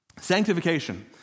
Sanctification